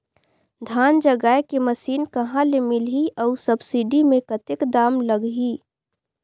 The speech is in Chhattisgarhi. धान जगाय के मशीन कहा ले मिलही अउ सब्सिडी मे कतेक दाम लगही?